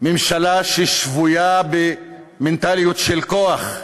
ממשלה ששבויה במנטליות של כוח,